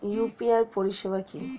UPI পরিষেবা কি?